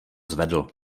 zvedl